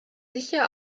sicher